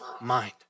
mind